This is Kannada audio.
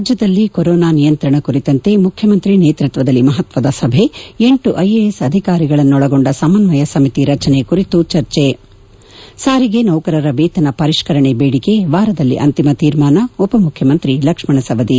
ರಾಜ್ಯದಲ್ಲಿ ಕೊರೋನಾ ನಿಯಂತ್ರಣ ಕುರಿತಂತೆ ಮುಖ್ಯಮಂತ್ರಿ ನೇತೃತ್ವದಲ್ಲಿ ಮಹತ್ವದಲ್ಲಿ ಮಹತ್ವದಲ್ಲಿ ಸಭೆ ಎಂಟು ಐಎಎಸ್ ಅಧಿಕಾರಿಗಳನ್ನೊಳಗೊಂಡ ಸಮನ್ನಯ ಸಮಿತಿ ರಚನೆ ಕುರಿತು ಚರ್ಚೆ ಸಾರಿಗೆ ನೌಕರರ ವೇತನ ಪರಿಷ್ಕರಣೆ ಬೇಡಿಕೆ ವಾರದಲ್ಲಿ ಅಂತಿಮ ತೀರ್ಮಾನ ಉಪ ಮುಖ್ಯಮಂತ್ರಿ ಲಕ್ಷ್ಮಣ ಸವದಿ